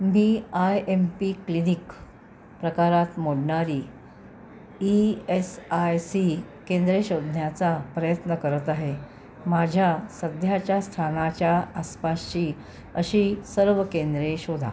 B I M P clinic प्रकारात मोडणारी E S I C केंद्रे शोधण्याचा प्रयत्न करत आहे माझ्या सध्याच्या स्थानाच्या आसपासची अशी सर्व केंद्रे शोधा